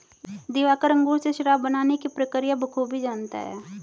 दिवाकर अंगूर से शराब बनाने की प्रक्रिया बखूबी जानता है